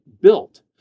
built